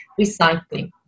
recycling